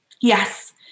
Yes